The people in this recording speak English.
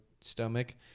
stomach